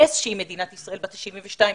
הנס שהיא מדינת ישראל בת 72,